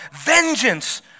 vengeance